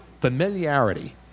familiarity